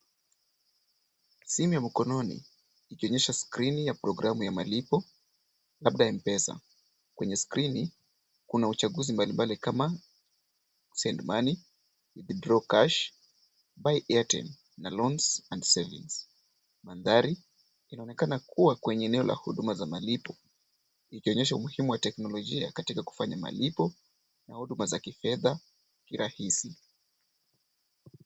Simu ya mkononi ikionyesha skrini ya programu ya malipo labda mpesa. Kwenye skrini kuna uchaguzi mbalimbali kama send money , withdraw cash , buy airtime na loans and savings . Mandhari inaonekana kuwa kwenye eneo la huduma za malipo ikionyesha umuhimu wa teknolojia katika kufanya malipo na huduma za kifedha kirahisi.